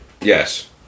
Yes